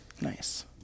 nice